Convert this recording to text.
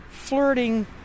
flirting